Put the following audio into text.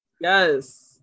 Yes